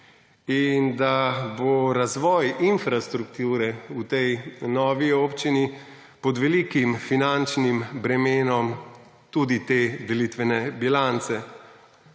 in da bo razvoj infrastrukture v tej novi občini pod velikim finančnim bremenom tudi te delitvene bilance.